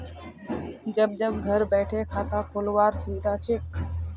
जब जब घर बैठे खाता खोल वार सुविधा छे